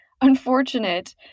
unfortunate